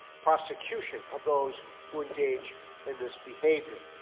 prosecution of those who engage in this behavior.